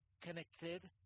connected